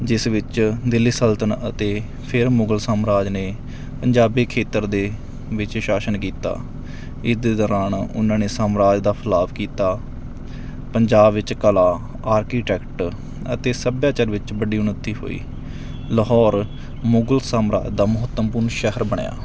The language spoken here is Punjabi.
ਜਿਸ ਵਿੱਚ ਦਿੱਲੀ ਸਲਤਨਤ ਅਤੇ ਫਿਰ ਮੁਗਲ ਸਾਮਰਾਜ ਨੇ ਪੰਜਾਬੀ ਖੇਤਰ ਦੇ ਵਿੱਚ ਸ਼ਾਸਨ ਕੀਤਾ ਇਸ ਦੇ ਦੌਰਾਨ ਉਹਨਾਂ ਨੇ ਸਾਮਰਾਜ ਦਾ ਫੈਲਾਅ ਕੀਤਾ ਪੰਜਾਬ ਵਿੱਚ ਕਲਾ ਐਰਕੀਟੈਕਟ ਅਤੇ ਸੱਭਿਆਚਾਰ ਵਿੱਚ ਬੜੀ ਉੱਨਤੀ ਹੋਈ ਲਾਹੌਰ ਮੁਗਲ ਸਾਮਰਾਜ ਦਾ ਮਹੱਤਵਪੂਰਨ ਸ਼ਹਿਰ ਬਣਿਆ